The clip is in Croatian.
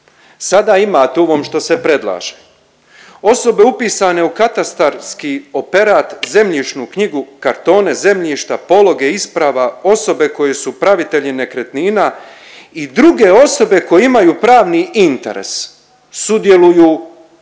sada imate u ovom što se predlaže. Osobe upisane u katastarski operat zemljišnu knjigu, kartone zemljišta, pologe isprava, osobe koje su upravitelji nekretnina i druge osobe koje imaju pravni interes sudjeluju ostatak.